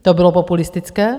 To bylo populistické?